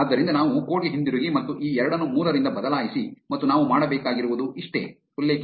ಆದ್ದರಿಂದ ನಾವು ಕೋಡ್ ಗೆ ಹಿಂತಿರುಗಿ ಮತ್ತು ಈ ಎರಡನ್ನು ಮೂರರಿಂದ ಬದಲಾಯಿಸಿ ಮತ್ತು ನಾವು ಮಾಡಬೇಕಾಗಿರುವುದು ಇಷ್ಟೇ